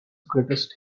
greatest